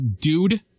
dude